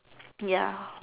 ya